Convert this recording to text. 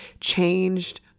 changed